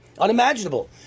Unimaginable